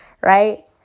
right